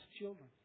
children